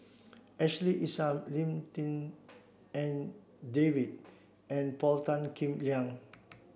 Ashley Isham Lim Tik En David and Paul Tan Kim Liang